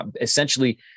essentially